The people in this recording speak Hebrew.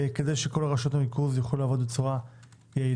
כדי שכל רשויות הניקוז יוכלו לעבוד בצורה יעילה,